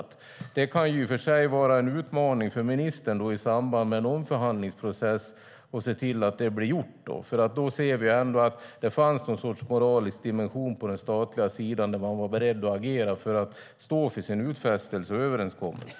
Att det blir gjort kan i och för sig vara en utmaning för ministern i samband med en omförhandlingsprocess, för då kan vi se att det finns någon sorts moralisk dimension på den statliga sidan där man är beredd att agera för att stå för sin utfästelse och överenskommelse.